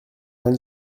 d’un